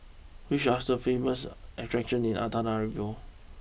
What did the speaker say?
which are the famous attractions in Antananarivo